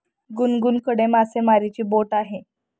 गुनगुनकडे मासेमारीची बोट आहे